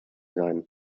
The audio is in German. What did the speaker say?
sein